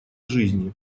жизни